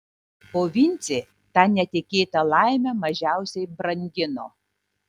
o vincė tą netikėtą laimę mažiausiai brangino